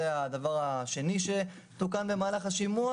זה הדבר השני שתוקן במהלך השימוע.